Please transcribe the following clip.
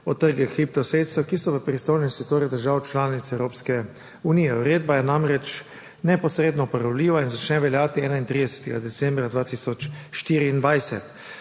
o trgih kriptosredstev, ki so v pristojnosti držav članic Evropske unije. Uredba je namreč neposredno uporabljiva in začne veljati 31. decembra 2024.